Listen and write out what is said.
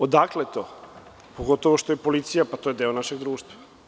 Odakle to, pogotovo što je policija, pa to je deo našeg društva?